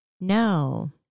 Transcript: No